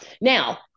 Now